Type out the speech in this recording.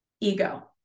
ego